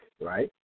right